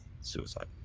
suicide